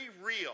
real